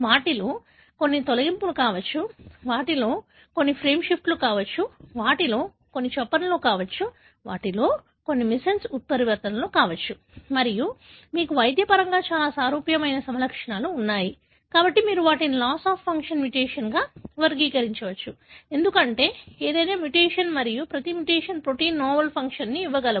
వాటిలో కొన్ని తొలగింపులు కావచ్చు వాటిలో కొన్ని ఫ్రేమ్ షిఫ్ట్లు కావచ్చు వాటిలో కొన్ని చొప్పనలు కావచ్చు వాటిలో కొన్ని మిస్సెన్స్ ఉత్పరివర్తనలు కావచ్చు మరియు మీకు వైద్యపరంగా చాలా సారూప్యమైన సమలక్షణాలు ఉన్నాయి కాబట్టి మీరు వాటిని లాస్ ఆఫ్ ఫంక్షన్ మ్యుటేషన్గా వర్గీకరించవచ్చు ఎందుకంటే ఏదైనా మ్యుటేషన్ మరియు ప్రతి మ్యుటేషన్ ప్రొటీనా నోవెల్ ఫంక్షన్ను ఇవ్వగలవు